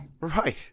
Right